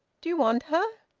do you want her?